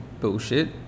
bullshit